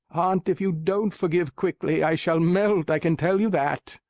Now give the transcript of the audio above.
aunt, if you don't forgive quickly, i shall melt, i can tell you that.